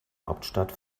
hauptstadt